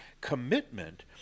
commitment